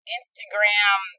Instagram